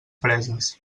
preses